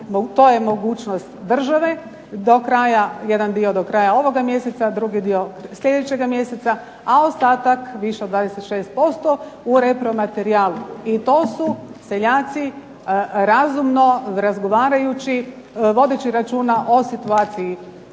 to je mogućnost države. Jedan dio do kraja ovoga mjeseca, a drugi dio sljedećega mjeseca, a ostatak više od 26% u repro materijalu. I to su seljaci razumno, razgovarajući, vodeći računa o situaciji